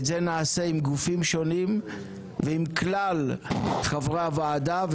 את זה נעשה עם גופים שונים ועם כלל חברי הוועדה.